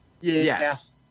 Yes